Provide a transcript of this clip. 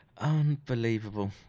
Unbelievable